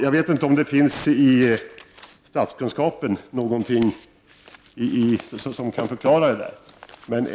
Jag vet inte om det inom statskunskapen finns någonting som kan förklara detta.